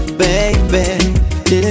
baby